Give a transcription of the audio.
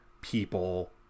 people